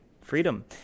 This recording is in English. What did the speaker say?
freedom